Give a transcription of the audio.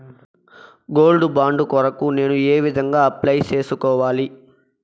Gold bond కొరకు నేను ఏ విధంగా అప్లై సేసుకోవాలి?